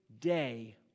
day